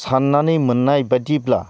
साननानै मोननाय बादिब्ला